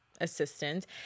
assistant